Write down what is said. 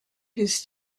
his